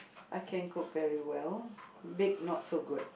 I can cook very well bake not so good